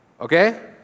Okay